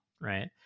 Right